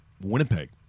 Winnipeg